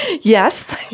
Yes